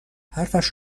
حرفش